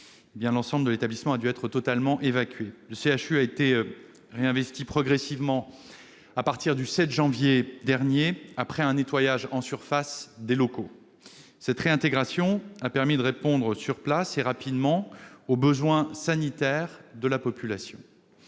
Guadeloupe, l'établissement a dû être totalement évacué. Le CHU a été réinvesti progressivement à partir du 7 janvier dernier, après un nettoyage en surface des locaux. Cette réintégration a permis de répondre sur place et rapidement aux besoins sanitaires de la population.